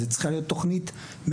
זו צריכה להיות תוכנית ממשלתית,